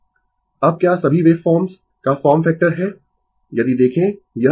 Refer Slide Time 2016 अब क्या सभी वेव फॉर्म्स का फार्म फैक्टर है यदि देखें यह